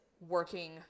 working